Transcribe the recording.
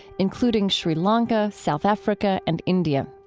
including sri lanka, south africa, and india.